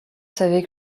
savait